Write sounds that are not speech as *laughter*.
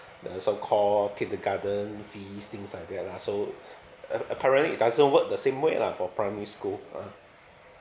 the so called kindergarden fees things like that lah so *breath* a~ apparently it doesn't work the same way lah for primary school uh